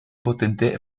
potente